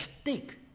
stick